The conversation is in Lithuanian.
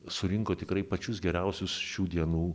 surinko tikrai pačius geriausius šių dienų